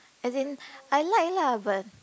as in I like lah but